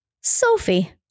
Sophie